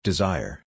Desire